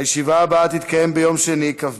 הישיבה הבאה תתקיים ביום שני,